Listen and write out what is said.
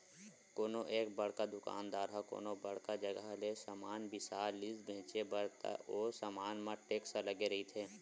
कोनो एक बड़का दुकानदार ह कोनो बड़का जघा ले समान बिसा लिस बेंचे बर त ओ समान म टेक्स लगे रहिथे